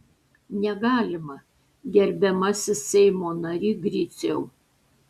negalima gerbiamasis seimo nary griciau